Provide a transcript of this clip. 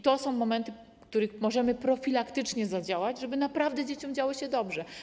To są momenty, w których możemy profilaktycznie zadziałać, żeby naprawdę dzieciom działo się dobrze.